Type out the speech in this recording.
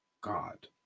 God